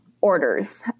orders